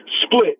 split